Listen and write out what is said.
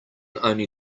only